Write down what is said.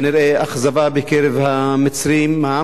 אכזבה בקרב העם המצרי,